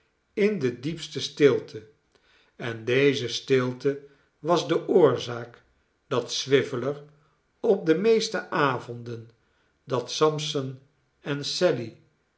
in de diepste stilte en deze stilte was de oorzaak dat swiveller op de meeste avonden dat sampson en sally